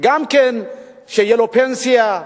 גם שתהיה לו פנסיה.